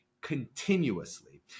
continuously